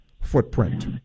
footprint